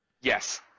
Yes